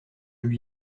lui